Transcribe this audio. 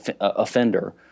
offender